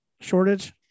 shortage